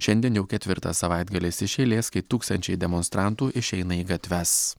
šiandien jau ketvirtas savaitgalis iš eilės kai tūkstančiai demonstrantų išeina į gatves